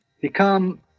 become